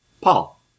Paul